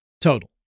Total